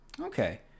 Okay